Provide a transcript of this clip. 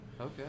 okay